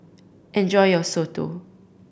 enjoy your soto